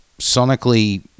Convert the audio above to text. sonically